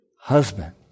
husband